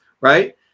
right